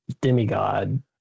demigod